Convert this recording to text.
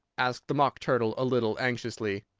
asked the mock turtle a little anxiously.